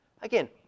Again